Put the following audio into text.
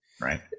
Right